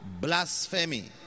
blasphemy